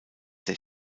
der